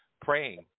praying